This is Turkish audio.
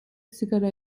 sigara